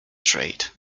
trade